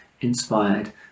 inspired